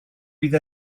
fydd